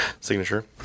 Signature